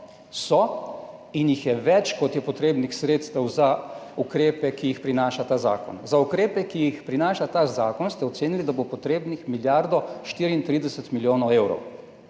so in jih je več, kot je potrebnih sredstev za ukrepe, ki jih prinaša ta zakon. Za ukrepe, ki jih prinaša ta zakon, ste ocenili, da bo potrebna milijarda 34 milijonov evrov.